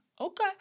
Okay